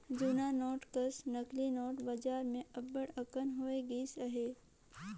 जुनहा नोट कस नकली नोट बजार में अब्बड़ अकन होए गइन अहें